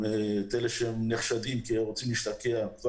במעבר הגבול את אלה שנחשדים כמי שרוצה להשתקע,